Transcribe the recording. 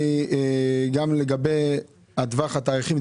גם לגבי טווח התאריכים,